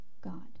God